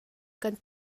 kan